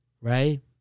right